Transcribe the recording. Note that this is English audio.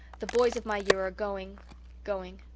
the boys of my year are going going.